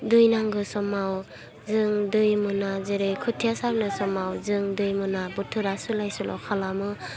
दै नांगो समाव जों दै मोना जेरै खोथिया सालिनाय समाव जों दै मोना बोथोरा सोलाय सोल' खालामो